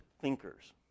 thinkers